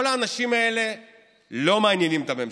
כל האנשים האלה לא מעניינים את הממשלה,